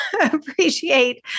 appreciate